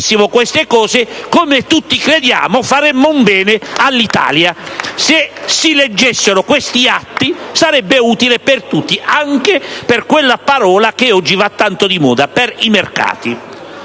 queste cose, come tutti crediamo, faremmo un bene all'Italia; se si leggessero questi atti sarebbe utile per tutti, anche per quella parola che oggi va tanto di moda, per i «mercati».